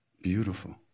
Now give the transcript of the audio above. Beautiful